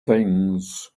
things